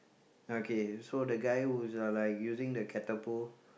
okay so the guy who's uh like using the catapult